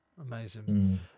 Amazing